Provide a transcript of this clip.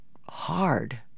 hard